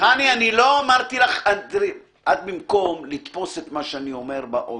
אנחנו מבקשים להביא את הידע הזה בפני הצרכן.